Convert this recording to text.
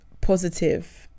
positive